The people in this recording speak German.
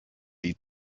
die